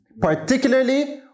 Particularly